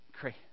great